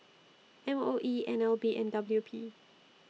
M O E N L B and W P